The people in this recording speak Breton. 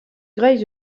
graet